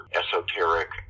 esoteric